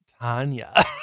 Tanya